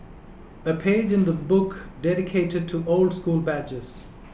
a page in the book dedicated to old school badges